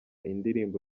indirimbo